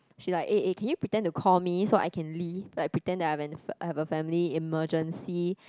she like eh eh can you pretend to call me so I can leave like pretend that I have a family emergency